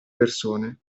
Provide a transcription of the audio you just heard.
persone